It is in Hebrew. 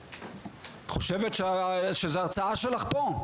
את חושבת שזו הרצאה שלך פה?